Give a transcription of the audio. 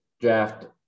draft